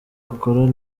bakorana